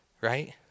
Right